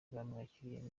bamwakiriye